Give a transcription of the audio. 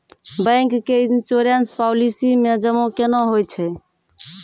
Bank के insurance policy मे जमा केना होय छै?